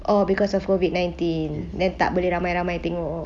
oh because of COVID nineteen then tak boleh ramai-ramai tengok oh